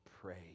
pray